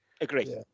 Agree